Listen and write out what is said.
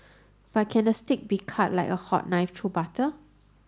but can the steak be cut like a hot knife through butter